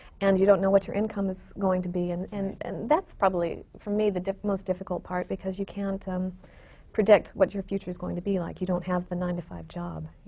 and you don't know what your income is going to be. and and and that's probably, for me, the most difficult part, because you can't um predict what your future's going to be like. you don't have the nine to five job,